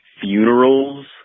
Funerals